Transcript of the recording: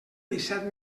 disset